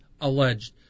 alleged